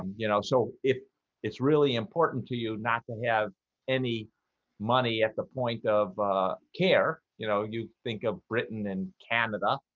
you know, so if it's really important to you not to have any money at the point of care, you know, you think of britain and canada?